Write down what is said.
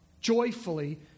joyfully